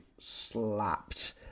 slapped